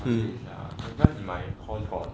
那问你一下那你买 course for